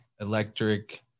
electric